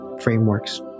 frameworks